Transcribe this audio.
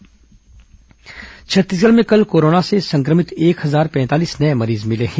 corona समाचार छत्तीसगढ़ में कल कोरोना से संक्रमित एक हजार पैंतालीस नये मरीज मिले हैं